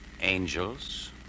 Angels